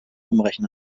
umrechnen